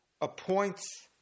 appoints